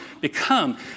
become